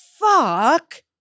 fuck